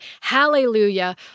Hallelujah